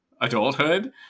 adulthood